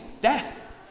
Death